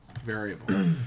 variable